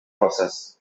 process